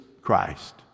Christ